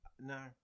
No